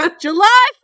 July